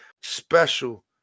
special